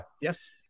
Yes